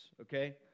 okay